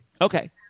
Okay